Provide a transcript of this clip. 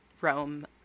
Rome